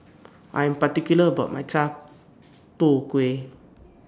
I Am particular about My Chai Tow Kway